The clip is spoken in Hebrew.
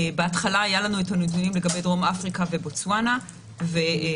בהתחלה היו לנו הנתונים לגבי דרום אפריקה ובוטסואנה ורצינו